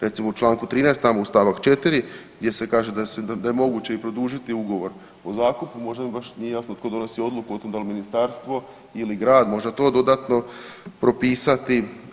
Recimo u članku 13. tamo stavak 4. gdje se kaže da je moguće i produžiti ugovor o zakupu, možda mi baš nije jasno tko donosi odluku da li ministarstvo ili grad, možda to dodatno propisati.